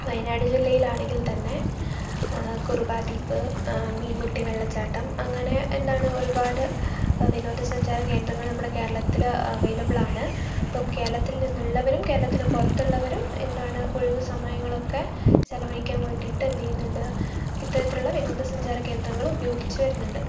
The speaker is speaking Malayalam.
വയനാട് ജില്ലയിലാണെങ്കിൽ തന്നെ കുറുവാ ദ്വീപ് മീൻമുട്ടി വെള്ളച്ചാട്ടം അങ്ങനെ എന്താണ് ഒരുപാട് വിനോദ സഞ്ചാരകേന്ദ്രങ്ങൾ നമ്മുടെ കേരളത്തില് അവൈലബിൾ ആണ് അപ്പം കേരളത്തിൽ നിന്നുള്ളവരും കേരളത്തിന് പുറത്തുള്ളവരും എന്താണ് ഒഴിവുസമയങ്ങളൊക്കെ ചിലവഴിക്കാൻ വേണ്ടിയിട്ട് എന്തെയ്യുന്നുണ്ട് ഇത്തരത്തിലുള്ള വിനോദ സഞ്ചാരകേന്ദ്രങ്ങൾ ഉപയോഗിച്ചു വരുന്നുണ്ട്